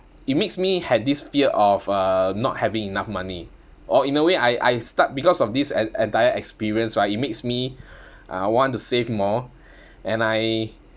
it makes me had this fear of uh not having enough money or in a way I I start because of these an an entire experience right it makes me uh want to save more and I